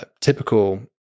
typical